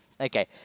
okay